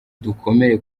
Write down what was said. dukomere